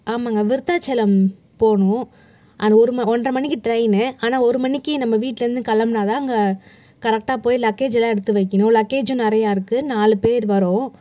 ஆமாம்ங்க விருத்தாச்சலம் போவனும் அது ஒரும ஒன்றை மணிக்கு ட்ரெயின்னு ஆனால் நம்ம ஒரு மணிக்கு நம்ம வீட்லருந்து கிளம்புனாதான் அங்கே கரெக்டாக போய் லக்கேஜ்லாம் எடுத்து வைக்கணும் லக்கேஜ்ஜும் நிறையா இருக்கு நாலு பேர் வரோம்